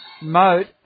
Moat